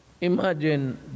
Imagine